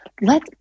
let